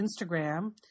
Instagram